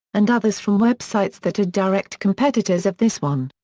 and others from websites that are direct competitors of this one.